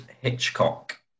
Hitchcock